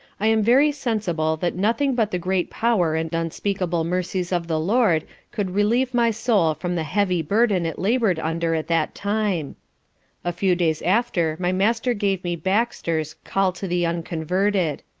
i am very sensible that nothing but the great power and unspeakable mercies of the lord could relieve my soul from the heavy burden it laboured under at that time a few days after my master gave me baxter's call to the unconverted.